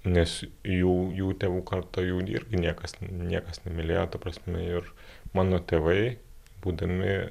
nes jų jų tėvų karta jauni irgi niekas niekas nemylėjo ta prasme ir mano tėvai būdami